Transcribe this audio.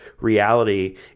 reality